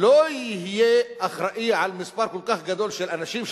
לא יהיה אחראי על מספר כל כך גדול של אנשים,